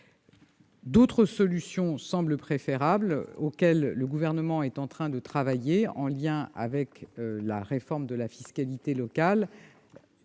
D'autres solutions semblent préférables, auxquelles le Gouvernement est en train de travailler dans le cadre de la réforme de la fiscalité locale,